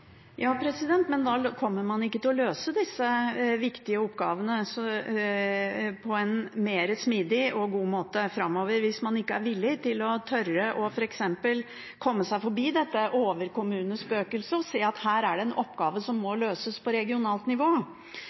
Men man kommer ikke til å løse disse viktige oppgavene på en mer smidig og god måte framover, hvis man ikke er villig til å tørre f.eks. å komme seg forbi dette overkommunespøkelset og se at her er det en oppgave som må løses på regionalt nivå.